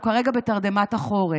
הוא כרגע בתרדמת החורף.